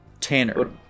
Tanner